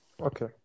Okay